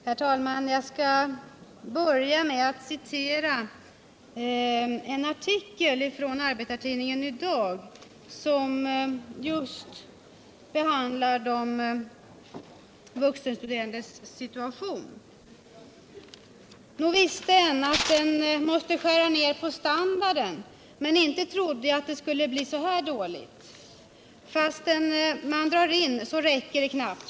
Herr talman! Jag skall börja med att citera en artikel från tidningen Ny Dag som behandlar just de vuxenstuderandes situation: ”- Nog visste en att en måste skära ned på standarden, men inte trodde jag det skulle bli så här dåligt. Fastän man drar in så räcker det knappt.